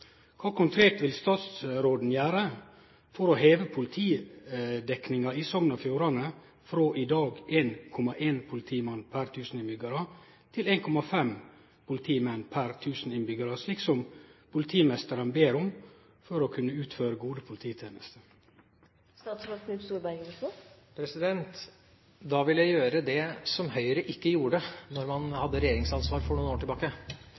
konkret vil statsråden gjere for å heve politidekninga i Sogn og Fjordane, frå i dag 1,1 politimenn per 1 000 innbyggjarar til 1,5 politimenn per 1 000 innbyggjarar, slik som politimeisteren ber om for å kunne utføre gode polititenester? Da vil jeg gjøre det som Høyre ikke gjorde da man hadde regjeringsansvar for noen år tilbake